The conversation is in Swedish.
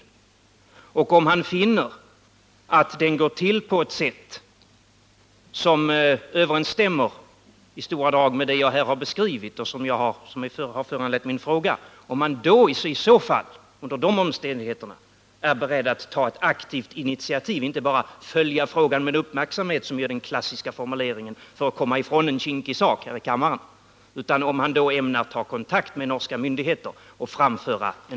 Jag undrade också om jordbruksministern, om han finner att jakten går till på ett sätt som i stora drag överensstämmer med det som jag här har beskrivit och som har föranlett min fråga, är beredd att aktivt ta ett initiativ, ta kontakt med norska myndigheter och framföra en åsikt i frågan —-inte bara följa frågan med uppmärksamhet, som är den klassiska formuleringen för att komma ifrån en kinkig sak här i kammaren.